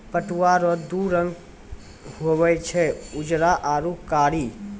पटुआ रो दू रंग हुवे छै उजरा आरू कारी